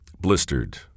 blistered